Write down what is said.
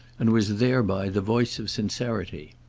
and was thereby the voice of sincerity.